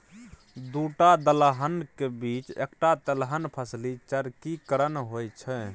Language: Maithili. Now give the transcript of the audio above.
दूटा दलहनक बीच एकटा तेलहन फसली चक्रीकरण होए छै